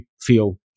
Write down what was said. feel